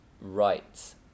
right